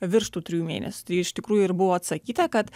virš tų trijų mėnesių tai iš tikrųjų ir buvo atsakyta kad